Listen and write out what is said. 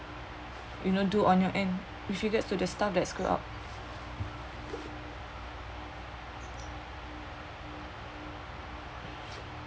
you know do on your end with regards to the staff that screw up